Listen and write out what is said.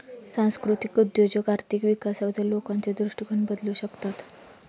सांस्कृतिक उद्योजक आर्थिक विकासाबद्दल लोकांचे दृष्टिकोन बदलू शकतात